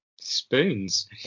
spoons